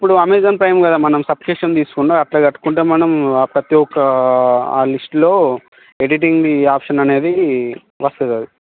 ఇప్పుడు Amazon Prime కదా మనం సబ్స్క్రిప్షన్ తీసుకోకుండా అట్లా కట్టుకుంటే మనం ప్రతి ఒక్క ఆ లిస్టులో ఎడిటింగ్ ఆప్షన్ అనేది వస్తుంది అది